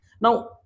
Now